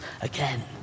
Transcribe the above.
again